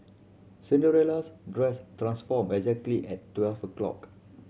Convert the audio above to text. Cinderella's dress transformed exactly at twelve o'clock